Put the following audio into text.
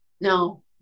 no